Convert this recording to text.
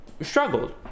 struggled